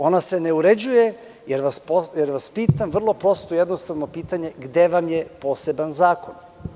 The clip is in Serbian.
Ona se ne uređuje, jer vas pitam vrlo prosto i jednostavno pitanje – gde vam je poseban zakon?